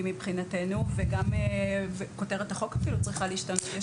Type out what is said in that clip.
מבחינתנו וגם כותרת החוק אפילו צריכה להשתנות.